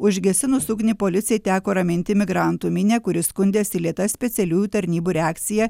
užgesinus ugnį policijai teko raminti migrantų minią kuri skundėsi lėta specialiųjų tarnybų reakcija